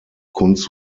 kunst